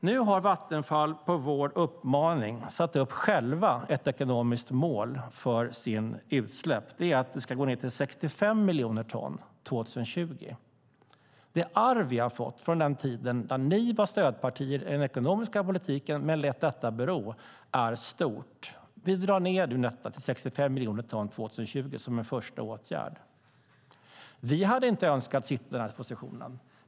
Nu har Vattenfall på vår uppmaning själv satt upp ett mål för sina utsläpp. Det är att de ska gå ned till 65 miljoner ton till år 2020. Det arv som vi har fått från den tid då ni var stödparti i den ekonomiska politiken men lät detta bero är stort. Vi drar ned utsläppen till 65 miljoner ton 2020 som en första åtgärd. Vi hade inte önskat denna position.